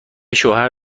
شوهر